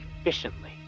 efficiently